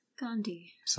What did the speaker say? Gandhi